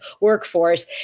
workforce